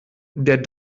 der